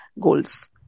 goals